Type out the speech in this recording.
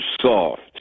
soft